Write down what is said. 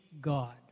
God